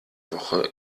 woche